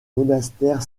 monastère